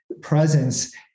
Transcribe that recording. presence